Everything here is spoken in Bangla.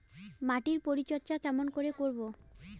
মাটির পরিচর্যা কেমন করে করব?